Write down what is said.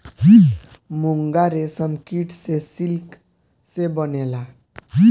मूंगा रेशम कीट से सिल्क से बनेला